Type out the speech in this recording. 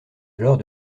alors